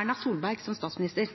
Erna Solberg som statsminister.